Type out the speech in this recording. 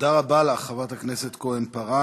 תודה רבה לך, חברת הכנסת כהן-פארן.